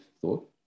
thought